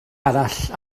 arall